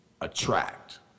attract